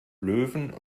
löwen